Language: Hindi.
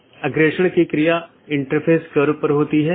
तो ऑटॉनमस सिस्टम या तो मल्टी होम AS या पारगमन AS हो सकता है